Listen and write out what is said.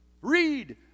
Read